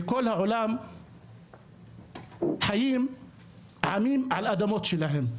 בכל העולם חיים עמים על אדמות שלהם,